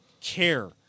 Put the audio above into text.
care